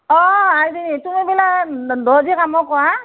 অ আইজনী তুমি বোলে দৰ্জি কামো কৰা